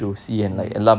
mm